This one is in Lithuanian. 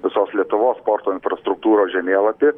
visos lietuvos sporto infrastruktūros žemėlapį